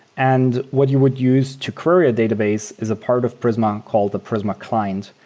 and what you would use to query a database is a part of prisma called the prisma client.